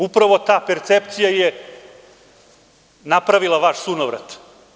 Upravo ta percepcija je napravila vaš sunovrat.